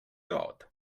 god